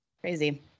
Crazy